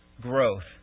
growth